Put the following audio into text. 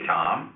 Tom